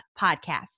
podcast